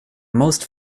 most